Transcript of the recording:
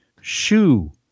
shoe